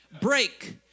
break